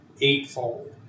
eightfold